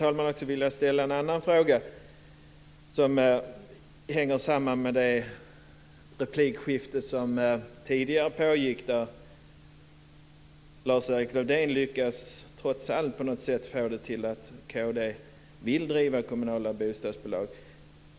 Jag skulle också vilja ställa en annan fråga, som hänger samman med det replikskifte som tidigare pågick och där Lars-Erik Lövdén på något sätt trots allt lyckades få det till att kd vill driva kommunala bostadsbolag.